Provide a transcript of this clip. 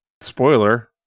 spoiler